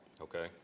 okay